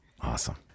Awesome